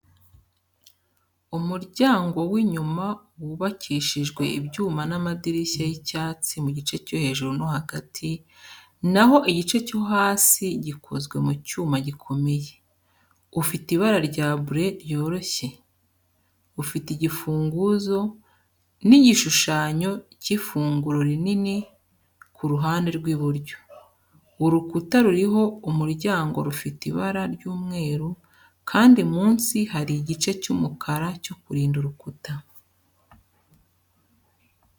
Umuryango w’inyuma wubakishijwe ibyuma n’amadirishya y'icyatsi mu gice cyo hejuru no hagati, na ho igice cyo hasi gikozwe mu cyuma gikomeye. Ufite ibara rya bleu ryoroshye. Ufite igifunguzo n’igishushanyo cy’ifunguro riri ku ruhande rw’iburyo. Urukuta ruriho umuryango rufite ibara ry’umweru, kandi munsi hari igice cy’umukara cyo kurinda urukuta.